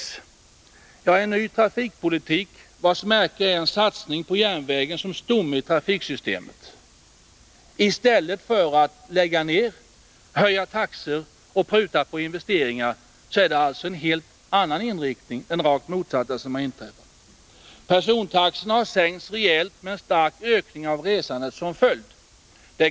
Ja, det bedrivs en ny trafikpolitik, vars märke är en satsning på järnvägen som stomme i trafiksystemet. I stället för att lägga ner, höja taxor och pruta på investeringar har man alltså bestämt sig för en rakt motsatt inriktning. Persontaxorna har sänkts rejält, med en stark ökning av resandet som följd.